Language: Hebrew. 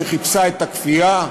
שחיפשה את הכפייה,